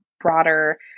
broader